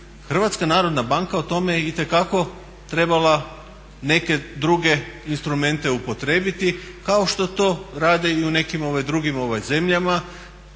Hrvatska narodna banka o tome je itekako trebala neke druge instrumente upotrijebiti kao što to rade i u nekim drugim zemljama